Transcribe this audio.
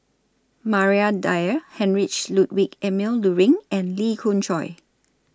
Maria Dyer Heinrich Ludwig Emil Luering and Lee Khoon Choy